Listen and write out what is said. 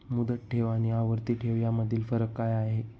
मुदत ठेव आणि आवर्ती ठेव यामधील फरक काय आहे?